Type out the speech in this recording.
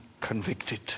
convicted